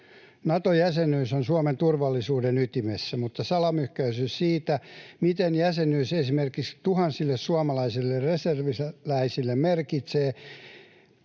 Nato-jäsenyys on Suomen turvallisuuden ytimessä, mutta salamyhkäisyys siitä, mitä jäsenyys esimerkiksi tuhansille suomalaisille reserviläisille merkitsee,